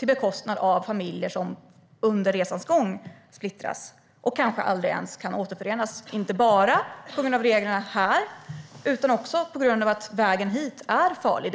på bekostnad av familjer som splittras under resans gång och kanske aldrig kan återförenas - inte bara på grund av reglerna här utan också på grund av att vägen hit är farlig.